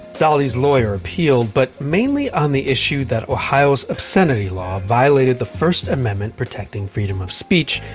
dolly's lawyer appealed but mainly on the issue that ohio's obscenity law violated the first amendment protecting freedom of speech,